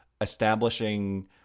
establishing